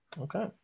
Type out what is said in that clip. Okay